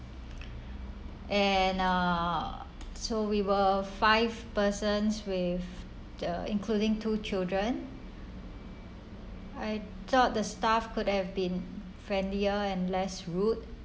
and uh so we were five persons with the including two children I thought the staff could have been friendlier and less rude